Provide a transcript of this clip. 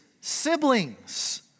siblings